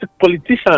politicians